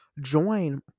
join